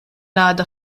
għada